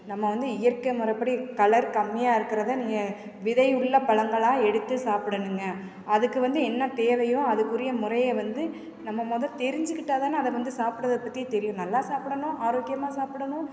நம்ம வந்து இயற்கை முறைப்படி கலர் கம்மியாக இருக்கிறதை நீங்கள் விதை உள்ள பழங்களா எடுத்து சாப்பிடணுங்க அதுக்கு வந்து என்ன தேவையோ அதுக்குரிய முறையை வந்து நம்ம முதல் தெரிஞ்சுக்கிட்டால் தான் அதை வந்து சாப்புடுறத பற்றி தெரியும் நல்லா சாப்பிடணும் ஆரோக்கியமாக சாப்பிடணும்